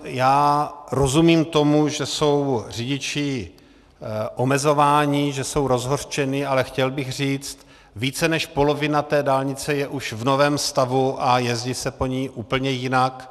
Já rozumím tomu, že jsou řidiči omezováni, že jsou rozhořčeni, ale chtěl bych říct, více než polovina dálnice je už v novém stavu a jezdí se po ní úplně jinak.